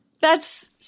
That's-